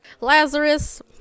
lazarus